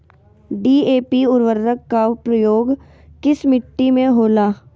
DAP उर्वरक का प्रयोग किस मिट्टी में होला?